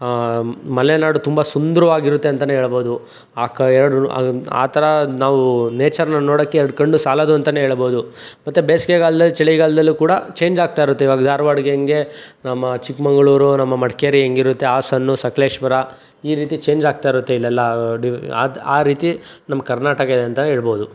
ಮಲೆನಾಡು ತುಂಬಾ ಸುಂದರವಾಗಿರುತ್ತೆ ಅಂತಲೇ ಹೇಳಬೋದು ಆ ಆ ಥರ ನಾವು ನೇಚರ್ನ ನೋಡೋಕ್ಕೆ ಎರ್ಡು ಕಣ್ಣು ಸಾಲದು ಅಂತಲೇ ಹೇಳಬೋದು ಮತ್ತೆ ಬೇಸಿಗೆಗಾಲ್ದಲ್ಲಿ ಚಳಿಗಾಲ್ದಲ್ಲು ಕೂಡ ಚೇಂಜ್ ಆಗ್ತಾಯಿರುತ್ತೆ ಇವಾಗ ಧಾರವಾಡಿಗೆ ಹೆಂಗೆ ನಮ್ಮ ಚಿಕ್ಕಮಗಳೂರು ನಮ್ಮ ಮಡಿಕೇರಿ ಹೆಂಗಿರುತ್ತೆ ಹಾಸನ್ನು ಸಕಲೇಶ್ಪುರ ಈ ರೀತಿ ಚೇಂಜ್ ಆಗ್ತಾಯಿರುತ್ತೆ ಇಲ್ಲೆಲ್ಲ ಡು ಅದು ಆ ರೀತಿ ನಮ್ಮ ಕರ್ನಾಟಕ ಇದೆ ಅಂತಲೇ ಹೇಳ್ಬೋದು